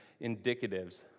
indicatives